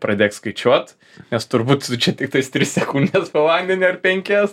pradėk skaičiuot nes turbūt tu čia tiktais tris sekundes po vandeniu ar penkias